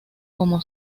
como